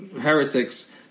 heretics